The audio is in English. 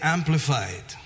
Amplified